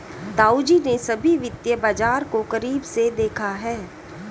ताऊजी ने सभी वित्तीय बाजार को करीब से देखा है